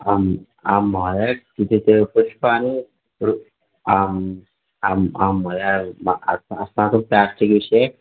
आम् आं महोदय किञ्चित् पुष्पाणि रु आम् आम् आं महोदय अस्माकं प्ल्यास्टिक् विषये आ